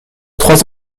trois